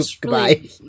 Goodbye